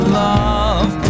love